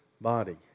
body